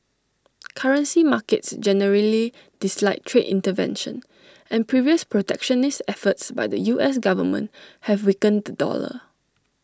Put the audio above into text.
currency markets generally dislike trade intervention and previous protectionist efforts by the U S Government have weakened the dollar